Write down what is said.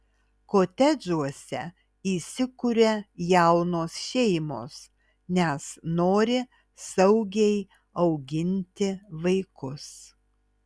kotedžuose įsikuria jaunos šeimos nes nori saugiai auginti vaikus